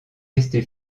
restée